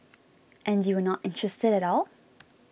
and you were not interested at all